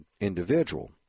individual